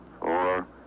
four